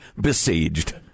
besieged